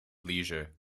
leisure